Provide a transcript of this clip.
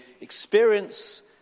experience